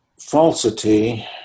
falsity